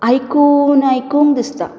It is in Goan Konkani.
आयकून आयकन दिसता